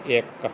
ਇੱਕ